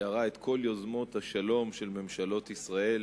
תיארה את כל יוזמות השלום של ממשלות ישראל